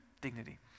dignity